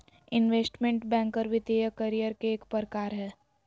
investment banker वित्तीय career के एक प्रकार हय